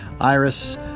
Iris